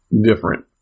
different